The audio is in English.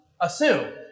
assume